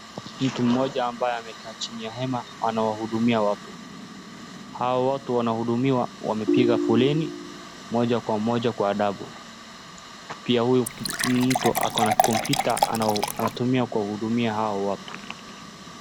Mtu mmoja ambaye amekaa chini ya hema anawahudumia watu. Hao watu wanahudumiwa wamepiga foreni moja Kwa moja kwa adabu, pia huyu mtu ako na kompyuta anatumia kuwahudumia hao watu.